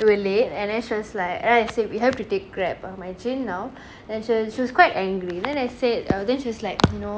we wre late and then she was like and then I said we have to take Grab uh marichin now and she was she's quite angry then I said uh then she's like you know